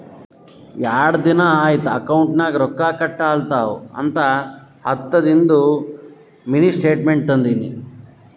ಯಾಡ್ ದಿನಾ ಐಯ್ತ್ ಅಕೌಂಟ್ ನಾಗ್ ರೊಕ್ಕಾ ಕಟ್ ಆಲತವ್ ಅಂತ ಹತ್ತದಿಂದು ಮಿನಿ ಸ್ಟೇಟ್ಮೆಂಟ್ ತಂದಿನಿ